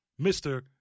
Mr